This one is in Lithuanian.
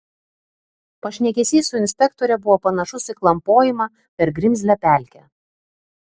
pašnekesys su inspektore buvo panašus į klampojimą per grimzlią pelkę